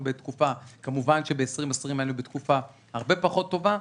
כמובן שב-2020 היינו בתקופה הרבה פחות טובה.